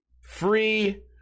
free